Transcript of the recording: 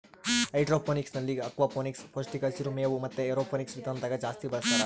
ಹೈಡ್ರೋಫೋನಿಕ್ಸ್ನಲ್ಲಿ ಅಕ್ವಾಫೋನಿಕ್ಸ್, ಪೌಷ್ಟಿಕ ಹಸಿರು ಮೇವು ಮತೆ ಏರೋಫೋನಿಕ್ಸ್ ವಿಧಾನದಾಗ ಜಾಸ್ತಿ ಬಳಸ್ತಾರ